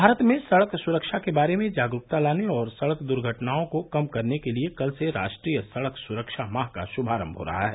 भारत में सड़क सुरक्षा के बारे में जागरूकता लाने और सड़क दुर्घटनाओं को कम करने के लिए कल से राष्ट्रीय सड़क सुरक्षा माह का शुभारंभ हो रहा है